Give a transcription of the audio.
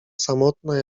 samotna